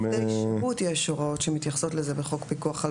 גם על עובדי שירות ישנן הוראות שמתייחסות לזה בחוק פיקוח על